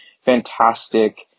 fantastic